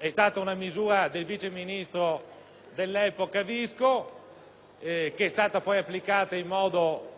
é stata una misura del vice ministro dell'epoca Visco, che è stata poi applicata in un modo